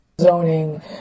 Zoning